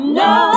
no